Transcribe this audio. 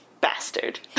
Bastard